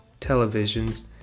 televisions